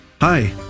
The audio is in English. Hi